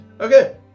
Okay